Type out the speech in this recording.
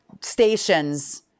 stations